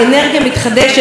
ובואו נוביל אותו,